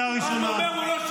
--- עומד פה על הדוכן